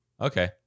Okay